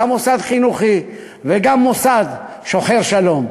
גם מוסד חינוכי וגם מוסד שוחר שלום,